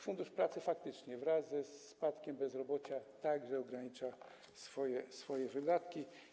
Fundusz Pracy faktycznie wraz ze spadkiem bezrobocia także ogranicza swoje wydatki.